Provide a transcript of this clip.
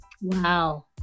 Wow